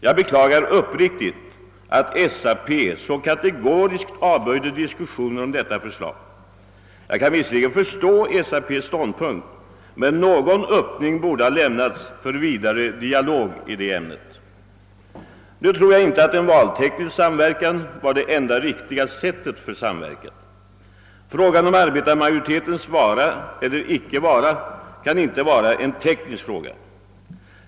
Jag beklagar uppriktigt att SAP så kategoriskt avböjde diskussioner om detta förslag. Jag kan visserligen förstå SAP:s ståndpunkt, men någon öppning borde ha lämnats för vidare dialog i det ämnet. Nu tror jag inte att en valteknisk samverkan var det enda riktiga sättet för samverkan. Frågan om arbetarmajoritetens vara eller icke vara kan inte vara en teknisk fråga.